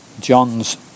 John's